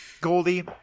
Goldie